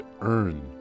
earn